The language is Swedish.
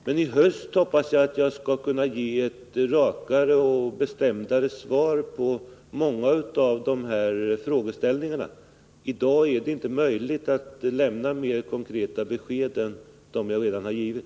Men jag hoppas att jag i höst skall kunna ge ett rakare och mer bestämt svar på många av de frågeställningar som här har tagits upp. I dag är det inte möjligt att lämna mer konkreta besked än jag redan har givit.